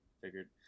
Figured